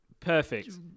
Perfect